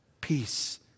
Peace